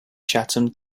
chatham